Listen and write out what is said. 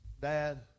dad